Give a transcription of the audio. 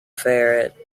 ferret